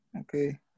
okay